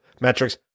metrics